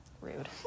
Rude